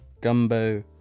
Gumbo